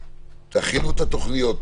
תכינו את התוכניות,